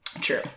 true